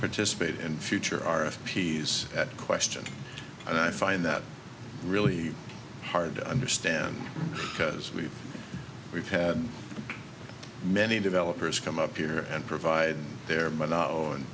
participate in future are peas at question and i find that really hard to understand because we've we've had many developers come up here and provide there but not on